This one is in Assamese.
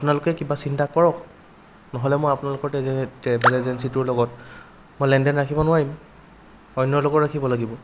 আপোনালোকে কিবা চিন্তা কৰক নহ'লে মই আপোনালোকৰ টে ট্ৰেভেল এজেঞ্চিটোৰ লগত মই লেনদেন ৰাখিব নোৱাৰিম অন্যৰ লগত ৰাখিব লাগিব